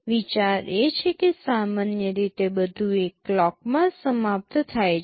વિચાર એ છે કે સામાન્ય રીતે બધું એક ક્લોકમાં સમાપ્ત થાય છે